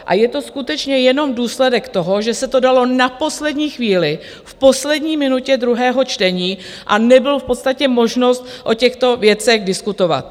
A je to skutečně jenom důsledek toho, že se to dalo na poslední chvíli, v poslední minutě druhého čtení, a nebyla v podstatě možnost o těchto věcech diskutovat.